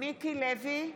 מיקי לוי,